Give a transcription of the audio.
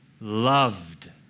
loved